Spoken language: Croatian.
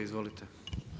Izvolite.